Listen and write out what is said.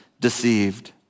deceived